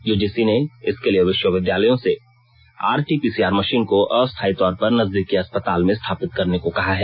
UGC ने इसके लिए विश्वविद्यालयों से आरटीपीसीआर मशीन को अस्थायी तौर पर नजदीकी अस्पताल में स्थापित करने को कहा है